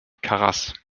karas